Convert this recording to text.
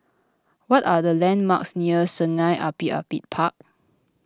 what are the landmarks near Sungei Api Api Park